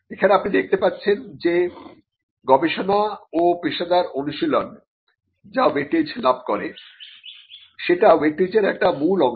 এখানে আপনি দেখতে পাচ্ছেন যে গবেষণা ও পেশাদার অনুশীলন যা ওয়েটেজ লাভ করে সেটা ওয়েটেজের একটা মূল অংশ